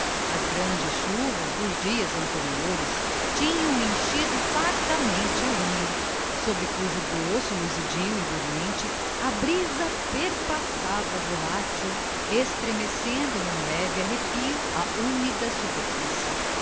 as grandes chuvas dos dias anteriores tinham enchido fartamente o rio sobre cujo dorso luzidio e dormente a brisa perpassava volátil estremecendo n'um leve arrepio a húmida superfície